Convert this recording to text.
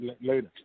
Later